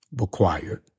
required